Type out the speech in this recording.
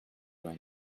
vingt